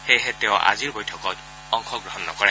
সেয়েহে তেওঁ আজিৰ বৈঠকত অংশগ্ৰহণ নকৰে